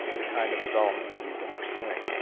the kind of development that we've been pursuing,